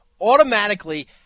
automatically